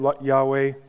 Yahweh